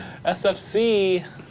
SFC